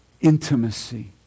intimacy